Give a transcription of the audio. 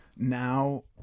Now